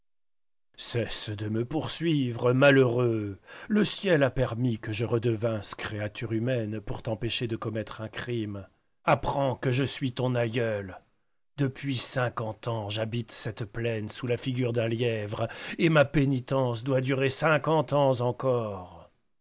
de me poursuivre malheureux le ciel a permis que je redevinsse créature humaine pour t'empêcher de commettre un crime apprends que je suis ton aïeul depuis cinquante ans j'habite cette plaine sous la figure d'un lièvre et ma pénitence doit durer cinquante ans encore